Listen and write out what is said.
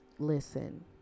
Listen